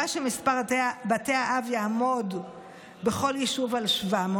שמספר בתי האב יעמוד בכל יישוב על 700,